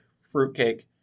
fruitcake